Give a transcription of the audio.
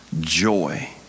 joy